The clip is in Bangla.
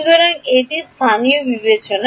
সুতরাং এটি স্থানীয় বিবেচনায়